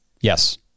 Yes